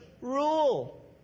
rule